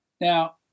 Now